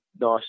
nice